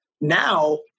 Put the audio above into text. now